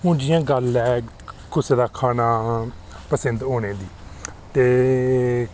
हून जि'यां गल्ल ऐ कुसै दा खाना पसंद होने दी ते